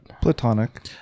Platonic